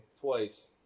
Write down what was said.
twice